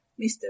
Mr